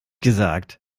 gesagt